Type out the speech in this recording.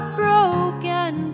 broken